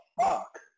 fuck